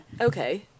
Okay